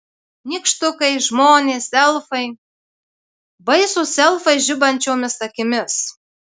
nykštukai žmonės elfai baisūs elfai žibančiomis akimis